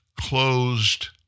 closed